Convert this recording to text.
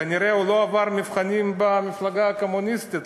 כנראה הוא לא עבר מבחנים במפלגה הקומוניסטית.